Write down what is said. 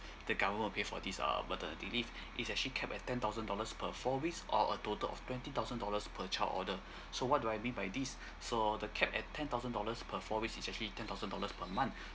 the government will pay for this uh maternity leave it's actually capped at ten thousand dollars per four weeks or a total of twenty thousand dollars per child order so what do I mean by this so the capped at ten thousand dollars per four weeks is actually ten thousand dollars per month